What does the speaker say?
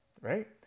right